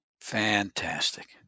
Fantastic